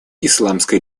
исламской